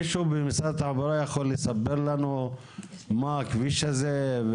מישהו במשרד התחבורה יכול לספר לנו מה הכביש הזה?